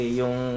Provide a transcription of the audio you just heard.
yung